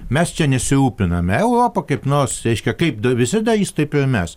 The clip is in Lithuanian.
mes čia nesirūpiname europa kaip nors reiškia kaip da visi darys taip ir mes